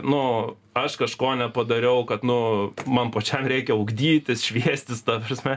nu aš kažko nepadariau kad nu man pačiam reikia ugdytis šviestis ta prasme